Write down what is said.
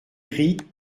gris